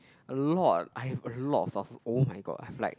a lot I've a lot of source oh-my-god I have like